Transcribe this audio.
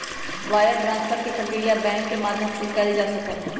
wire transfer के प्रक्रिया bank के माध्यम से ही कइल जा सका हई